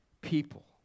people